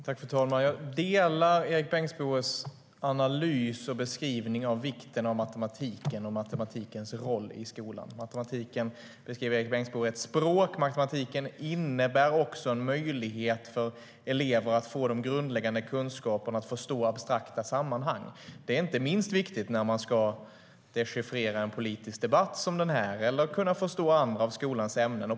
Fru talman! Jag delar Erik Bengtzboes analys och beskrivning av vikten av matematiken och dess roll i skolan. Erik Bengtzboe beskriver matematiken som ett språk. Matematiken innebär också en möjlighet för elever att få grundläggande kunskaper och förstå abstrakta sammanhang. Detta är viktigt inte minst när man ska dechiffrera en politisk debatt som denna eller kunna förstå andra av skolans ämnen.